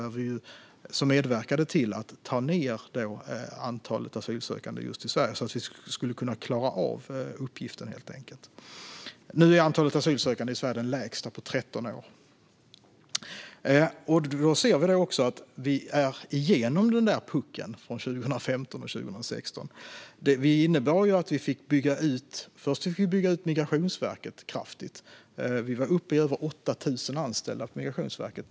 Dessa lagändringar medverkade till att ta ned antalet asylsökande just till Sverige så att vi skulle kunna klara av uppgiften, helt enkelt. Nu är antalet asylsökande i Sverige det lägsta på 13 år. Vi ser också att vi är igenom puckeln från 2015 och 2016. Den innebar att vi först fick bygga ut Migrationsverket kraftigt. Vi var uppe i över 8 000 anställda på Migrationsverket.